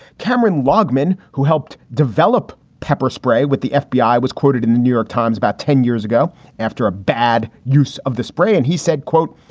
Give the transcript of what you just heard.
cameron lagman, who helped develop pepper spray with the fbi, was quoted in the new york times about ten years ago after a bad use of the spray. and he said, quote,